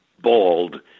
bald